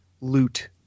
loot